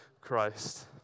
Christ